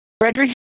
Frederick